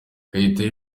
kayitare